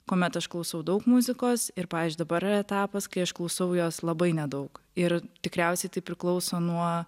kuomet aš klausau daug muzikos ir pavyzdžiui dabar etapas kai aš klausau jos labai nedaug ir tikriausiai tai priklauso nuo